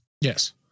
Yes